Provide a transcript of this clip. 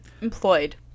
Employed